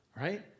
right